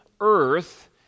earth